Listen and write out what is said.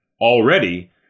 already